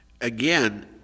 Again